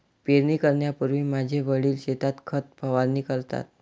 पेरणी करण्यापूर्वी माझे वडील शेतात खत फवारणी करतात